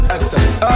Excellent